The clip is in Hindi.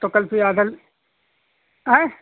तो कल फिर आडल हएं